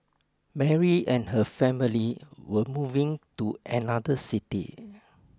Mary and her family were moving to another city